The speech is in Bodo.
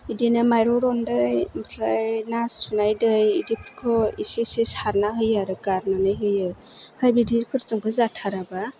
बिदिनो मायरं रन्दै आमफ्राय ना सुनाय दै बिदिफोरखौ एसे एसे सारना होयो आरो गारनानै होयो ओमफ्राय बिदिफोरजोंबो जाथाराबा